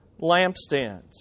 lampstands